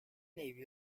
navy